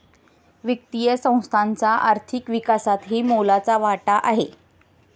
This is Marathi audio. वित्तीय संस्थांचा आर्थिक विकासातही मोलाचा वाटा आहे